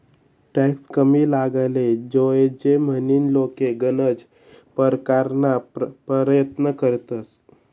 tax कमी लागाले जोयजे म्हनीन लोके गनज परकारना परयत्न करतंस